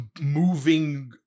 moving